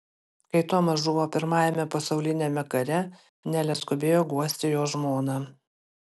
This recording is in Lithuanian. kai tomas žuvo pirmajame pasauliniame kare nelė skubėjo guosti jo žmoną